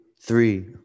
three